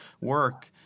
work